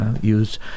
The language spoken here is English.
use